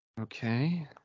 Okay